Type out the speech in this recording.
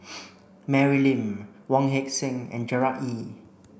Mary Lim Wong Heck Sing and Gerard Ee